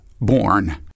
born